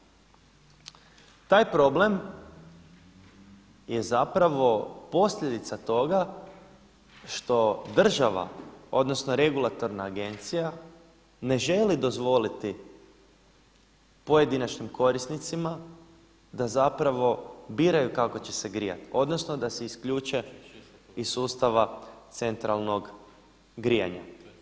Taj problem je zapravo posljedica toga što država odnosno regulatorna agencija ne želi dozvoliti pojedinačnim korisnicima da zapravo biraju kako će se grijati, odnosno da se isključe iz sustava centralnog grijanja.